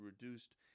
reduced